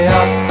up